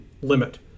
limit